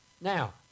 Now